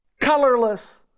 colorless